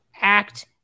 act